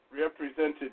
represented